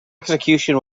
execution